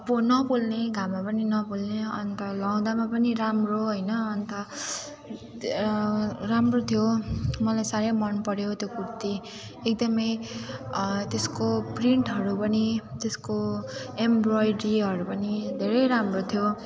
पो नपोल्ने घाममा पनि नपोल्ने अन्त लगाउँदामा पनि राम्रो होइन अन्त राम्रो थियो मलाई साह्रै मन पऱ्यो त्यो कुर्ती एकदमै त्यसको प्रिन्टहरू पनि त्यसको एम्ब्रोइड्रीहरू पनि धेरै राम्रो थियो